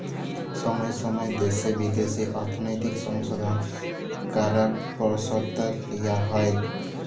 ছময় ছময় দ্যাশে বিদ্যাশে অর্থলৈতিক সংশধল ক্যরার পরসতাব লিয়া হ্যয়